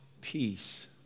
peace